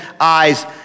eyes